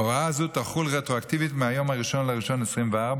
הוראה זו תחול רטרואקטיבית מיום 1 בינואר 2024,